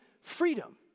freedom